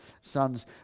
sons